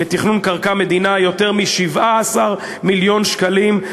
לתכנון קרקע מדינה יותר מ-17 מיליון שקלים,